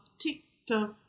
tick-tock